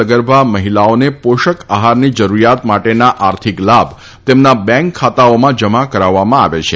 સગર્ભ મહિલાઓને પોષક આફારની જરૂરીથાત માટેના આર્થિક લાભ તેમના બેંક ખાતાઓમાં જમા કરાવવામાં આવે છે